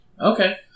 Okay